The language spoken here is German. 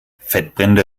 fettbrände